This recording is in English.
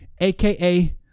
AKA